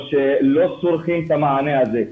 לא צורכים את המענה הזה.